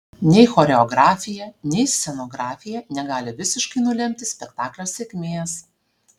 nei choreografija nei scenografija negali visiškai nulemti spektaklio sėkmės